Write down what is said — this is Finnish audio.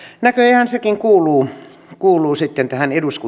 näköjään sekin sitten kuuluu tähän